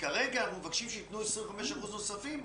כרגע אנחנו מבקשים שייתנו 25% נוספים,